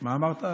מה אמרת?